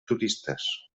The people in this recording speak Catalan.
turistes